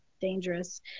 dangerous